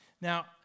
Now